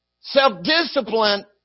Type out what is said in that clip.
Self-discipline